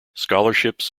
scholarships